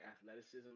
athleticism